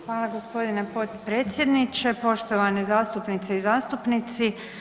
Hvala g. potpredsjedniče, poštovane zastupnice i zastupnici.